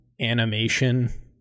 animation